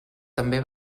també